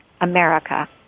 America